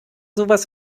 sowas